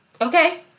Okay